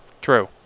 True